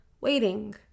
waiting